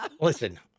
listen